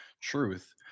Truth